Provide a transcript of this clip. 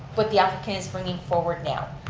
what the applicant is bringing forward now